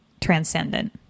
transcendent